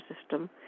system